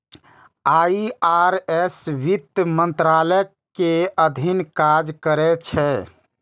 IRS वित्त मंत्रालय के अधीन काज करै छै